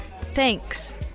Thanks